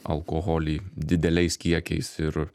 alkoholį dideliais kiekiais ir